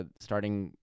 starting